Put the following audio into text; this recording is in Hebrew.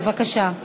בבקשה.